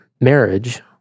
marriage